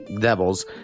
devils